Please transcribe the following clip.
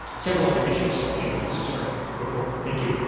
several other issues anyways, this is our report. thank you.